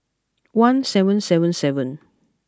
one seven seven seven